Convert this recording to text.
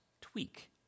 tweak